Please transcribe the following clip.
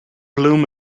bloom